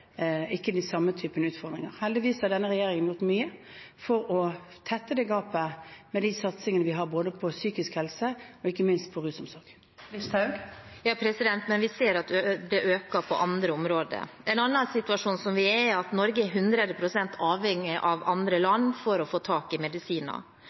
de samme type utfordringer. Heldigvis har denne regjeringen gjort mye for å tette gapet med de satsingene vi har både på psykisk helse og ikke minst på rusomsorg. Sylvi Listhaug – til oppfølgingsspørsmål. Men vi ser at det øker på andre områder. En annen situasjon som vi er i, er at vi i Norge er hundre prosent avhengig av andre